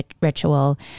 ritual